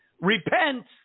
Repent